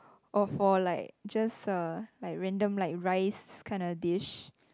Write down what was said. or for like just a like random like rice kind of dish